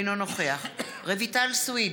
אינו נוכח רויטל סויד,